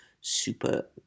super